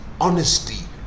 honesty